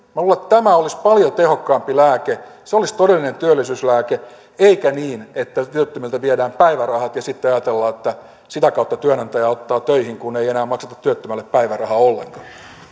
että tämä olisi paljon tehokkaampi lääke se olisi todellinen työllisyyslääke eikä niin että työttömiltä viedään päivärahat ja sitten ajatellaan että sitä kautta työnantaja ottaa töihin kun ei enää makseta työttömälle päivärahaa ollenkaan